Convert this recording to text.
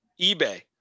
eBay